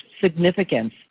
significance